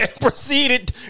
proceeded